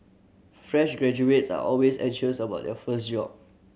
fresh graduates are always anxious about their first job